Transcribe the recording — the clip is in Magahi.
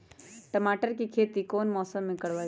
टमाटर की खेती कौन मौसम में करवाई?